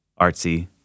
artsy